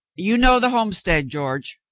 you know the homestead, george,